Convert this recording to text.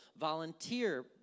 volunteer